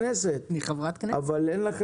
סעיף 14מ - סמכויות פיקוח והתוספת בפסקה (4) לעניין